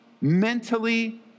mentally